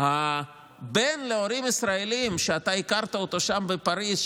הבן להורים ישראלים שאתה הכרת שם בפריז,